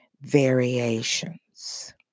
variations